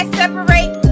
separate